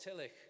Tillich